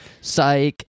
Psych